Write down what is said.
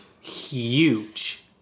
huge